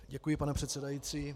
Děkuji, pane předsedající.